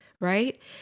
right